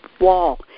wall